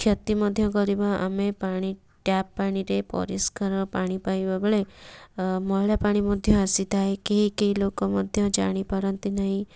କ୍ଷତି ମଧ୍ୟ କରିବ ଆମେ ପାଣି ଟ୍ୟାପ ପାଣିରେ ପରିଷ୍କାର ପାଣି ପାଇବାବେଳେ ମଇଳାପାଣି ମଧ୍ୟ ଆସିଥାଏ କେହି କେହି ଲୋକ ମଧ୍ୟ ଜାଣିପାରନ୍ତିନାହିଁ